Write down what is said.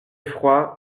froid